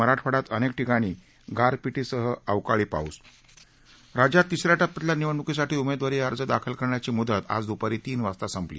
मराठवाड्यात अनेक ठिकाणी गारपिटीसह अवकाळी पाऊस राज्यात तिसऱ्या टप्प्यातल्या निवडण्कीसाठी उमेदवारी अर्ज दाखल करण्याची मुदत आज द्पारी तीन वाजता संपली